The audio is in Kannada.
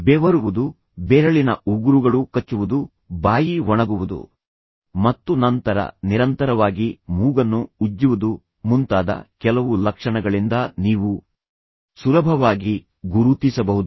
ಬೆವರುವುದು ಬೆರಳಿನ ಉಗುರುಗಳು ಕಚ್ಚುವುದು ಬಾಯಿ ಒಣಗುವುದು ಮತ್ತು ನಂತರ ನಿರಂತರವಾಗಿ ಮೂಗನ್ನು ಉಜ್ಜುವುದು ಮುಂತಾದ ಕೆಲವು ಲಕ್ಷಣಗಳಿಂದ ನೀವು ಸುಲಭವಾಗಿ ಗುರುತಿಸಬಹುದು